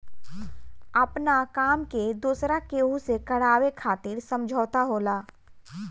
आपना काम के दोसरा केहू से करावे खातिर समझौता होला